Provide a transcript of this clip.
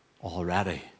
already